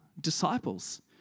disciples